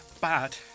bad